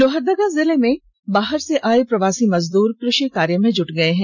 लोहरदगा जिले में बाहर आए प्रवासी मजदूर कृषि कार्य में जुट गए हैं